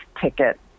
ticket